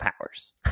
powers